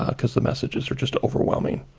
ah because the messages are just overwhelming.